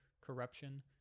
corruption